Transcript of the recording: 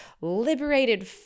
liberated